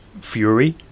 fury